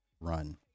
run